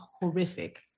horrific